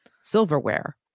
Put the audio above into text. silverware